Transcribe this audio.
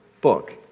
book